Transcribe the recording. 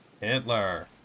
Hitler